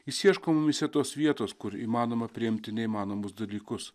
jis ieško mumyse tos vietos kur įmanoma priimti neįmanomus dalykus